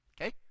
Okay